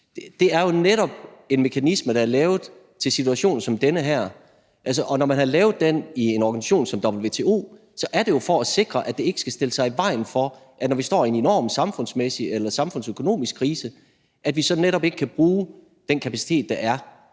Det er jo netop en mekanisme, der er lavet til situationer som den her. Når man har lavet den i en organisation som WTO, er det jo for at sikre, at det ikke skal stille sig i vejen for, at vi, når vi står i en enorm samfundsmæssig eller samfundsøkonomisk krise, så netop kan bruge den kapacitet, der er.